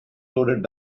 loaded